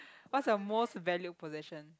what is your most value possession